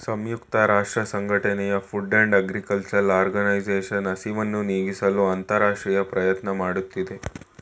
ಸಂಯುಕ್ತ ರಾಷ್ಟ್ರಸಂಘಟನೆಯ Food and Agriculture Organisation ಹಸಿವನ್ನು ನೀಗಿಸಲು ಅಂತರರಾಷ್ಟ್ರೀಯ ಪ್ರಯತ್ನ ಮಾಡ್ತಿದೆ